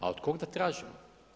A od kog da tražimo?